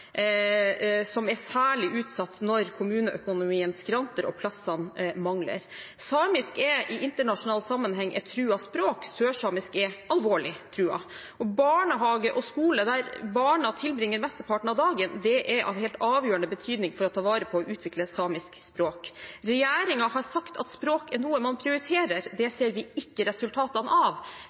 som er særlig utsatt når kommuneøkonomien skranter og plassene mangler. Samisk er i internasjonal sammenheng et truet språk, sørsamisk er alvorlig truet. Barnehage og skole, der barna tilbringer mesteparten av dagen, er av helt avgjørende betydning for å ta vare på og utvikle samisk språk. Regjeringen har sagt at språk er noe man prioriterer – det ser vi ikke resultatene av.